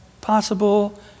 possible